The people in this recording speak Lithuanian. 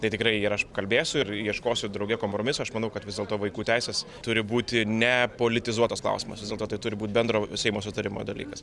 tai tikrai ir aš kalbėsiu ir ieškosiu drauge kompromiso aš manau kad vis dėlto vaikų teisės turi būti ne politizuotas klausimas vis dėlto tai turi būt bendro seimo sutarimo dalykas